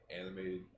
animated